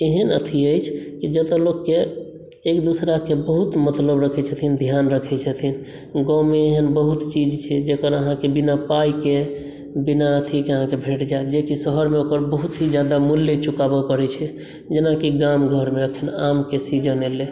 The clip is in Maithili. एहन एथी अछि जे जतय लोकके एक दोसराकेँ बहुत मतलब रखैत छथिन ध्यान रखैत छथिन गाँवमे एहन बहुत चीज छै जकर अहाँकेँ बिना पाइके बिना अथीके अहाँकेँ भेट जायत जेकि शहरमे ओकर बहुत ही ज्यादा मुल्य चुकावऽ पड़ैत छै जेनाकि गाम घरमे एखन आमके सीजन एलै